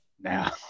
now